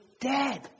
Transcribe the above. dead